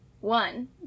One